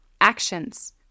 Actions